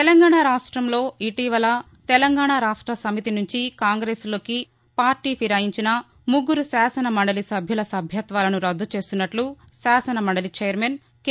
తెలంగాణ రాష్ట్రంలో ఇటీవల తెలంగాణ రాష్ట్రసమితి నుంచి కాంగ్రెస్లోకి పార్టీ ఫిరాయించిన ముగ్గురు శాసన మండలి సభ్యుల సభ్యత్వాలను రద్దు చేస్తున్నట్ల శాసనమండలి చైర్మన్ కె